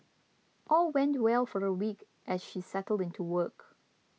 all went well for a week as she settled into work